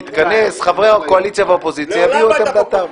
תתכנס וחברי הקואליציה והאופוזיציה יביעו את עמדתם.